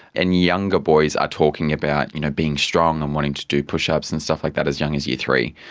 and younger boys are talking about you know being strong and wanting to do push-ups and stuff like that as young as year three.